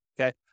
Okay